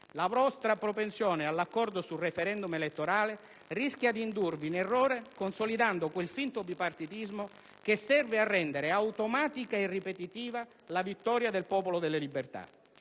La vostra propensione all'accordo sul *referendum* elettorale rischia di indurvi in errore, consolidando quel finto bipartitismo che serve a rendere automatica e ripetitiva la vittoria del Popolo della Libertà.